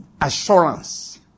assurance